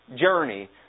journey